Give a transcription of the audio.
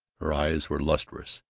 her eyes were lustrous,